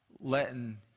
letting